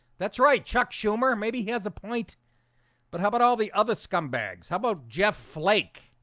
that's right chuck schumer, maybe he has a point but how about all the other scumbags? how about jeff flake?